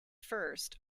first